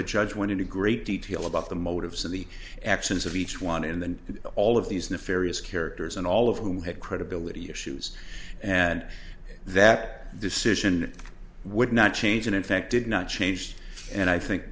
the judge went into great detail about the motives of the actions of each one and then all of these nefarious characters and all of whom had credibility issues and that decision would not change and in fact did not change and i think